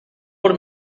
por